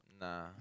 Nah